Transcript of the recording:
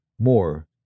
more